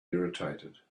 irritated